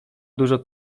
dużo